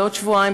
בעוד שבועיים,